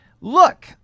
Look